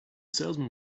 salesman